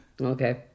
Okay